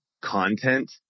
content